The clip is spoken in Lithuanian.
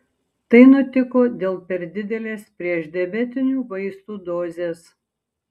tai nutiko dėl per didelės priešdiabetinių vaistų dozės